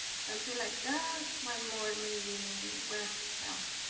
something like that. one more maybe where else?